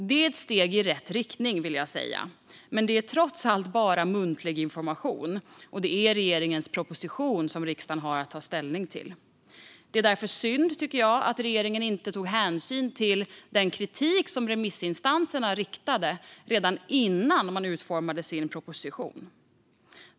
Detta är ett steg i rätt riktning, vill jag säga - men det är trots allt bara muntlig information, och det är regeringens proposition som riksdagen har att ta ställning till. Det är därför synd, tycker jag, att regeringen inte tog hänsyn till den kritik som remissinstanserna riktade redan innan man utformade sin proposition.